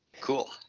cool